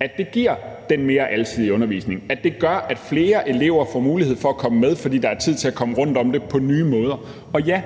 at det giver den mere alsidige undervisning, og at det gør, at flere elever får mulighed for at komme med, fordi der er tid til at komme rundt om det på nye måder. Og ja,